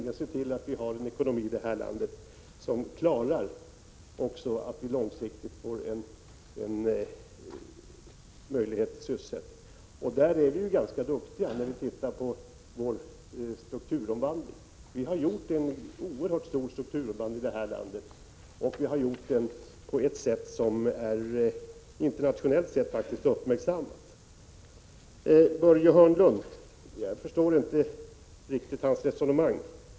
Vi måste se till att vi i detta land har en ekonomi, som gör att det även på lång sikt kan skapas möjligheter till sysselsättning. Det måste sägas att vi är ganska duktiga på det, om man ser till den strukturomvandling som skett. Den är oerhört omfattande och internationellt uppmärksammad. Jag förstår inte riktigt Börje Hörnlunds resonemang.